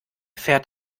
fährt